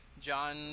John